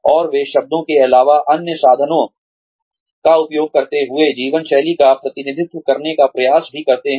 और वे शब्दों के अलावा अन्य साधनों का उपयोग करते हुए जीवन शैली का प्रतिनिधित्व करने का प्रयास भी करते हैं